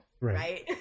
Right